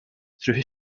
through